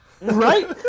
Right